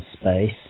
space